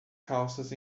calças